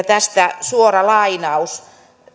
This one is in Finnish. tästä suora lainaus